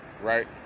Right